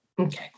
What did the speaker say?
Okay